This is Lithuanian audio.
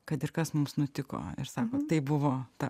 kad ir kas mums nutiko ir sako tai buvo ta